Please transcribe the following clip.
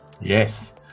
Yes